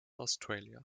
australia